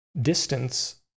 Distance